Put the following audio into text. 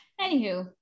anywho